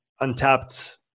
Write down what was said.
untapped